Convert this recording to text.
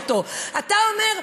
אתה אומר: